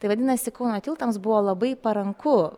tai vadinasi kauno tiltams buvo labai paranku